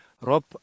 Rob